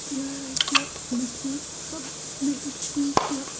یِہوٚے کہِ مےٚ سِو مطلب مےٚ ہیوٚچھ یی کہِ